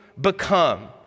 become